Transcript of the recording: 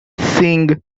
singh